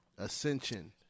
Ascension